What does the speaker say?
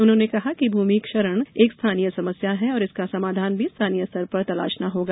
उन्होंने कहा कि भूमि क्षरण एक स्थानीय समस्या है और इसका समाधान भी स्थानीय स्तर पर तलाशना होगा